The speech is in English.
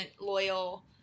loyal